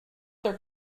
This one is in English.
their